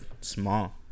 small